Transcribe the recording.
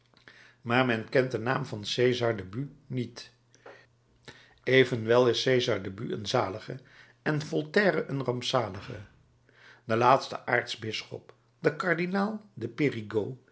maar men kent den naam van cesar de bus niet evenwel is cesar de bus een zalige en voltaire een rampzalige de laatste aartsbisschop de kardinaal de